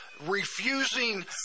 refusing